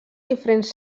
diferents